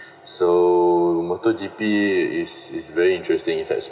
so motor G_P is is very interesting its